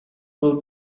will